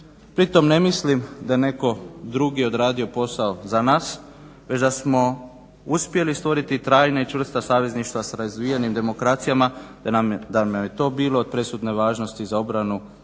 Pritom ne mislim da je netko drugi odradio posao za nas, već da smo uspjeli stvoriti trajna i čvrsta savezništva s razvijenim demokracijama te da nam je to bilo od presudne važnosti za obranu